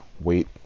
wait